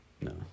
No